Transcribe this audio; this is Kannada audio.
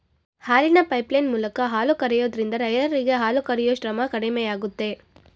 ಹಾಲಿನ ಪೈಪ್ಲೈನ್ ಮೂಲಕ ಹಾಲು ಕರಿಯೋದ್ರಿಂದ ರೈರರಿಗೆ ಹಾಲು ಕರಿಯೂ ಶ್ರಮ ಕಡಿಮೆಯಾಗುತ್ತೆ